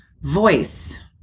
voice